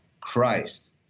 Christ